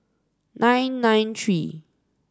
nine nine three